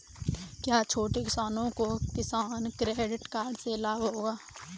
क्या छोटे किसानों को किसान क्रेडिट कार्ड से लाभ होगा?